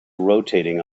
rotating